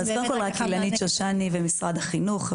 בחידוש מבנים יש קריטריונים,